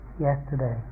yesterday